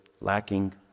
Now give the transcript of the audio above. lacking